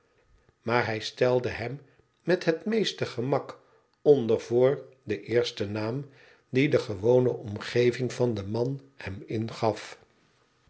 maar hij stelde hem met het meeste gemak onder voor den eersten naam die de gewone omgeving van den man hem ingaf